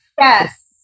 Yes